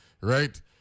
right